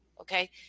okay